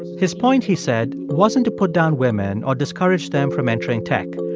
his point, he said, wasn't to put down women or discourage them from entering tech.